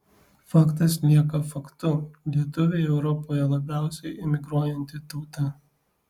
faktas lieka faktu lietuviai europoje labiausiai emigruojanti tauta